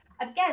again